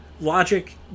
logic